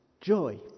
joy